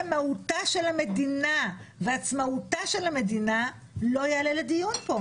מהותה של המדינה ועצמאותה של המדינה לא יעלה לדיון פה,